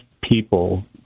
people